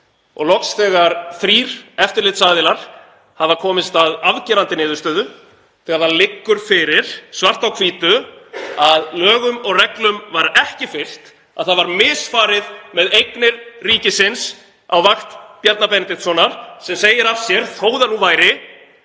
og loks þegar þrír eftirlitsaðilar hafa komist að afgerandi niðurstöðu, þegar það liggur fyrir svart á hvítu að lögum og reglum var ekki fylgt, að það var misfarið með eignir ríkisins á vakt Bjarna Benediktssonar, sem segir af sér, þó það nú væri,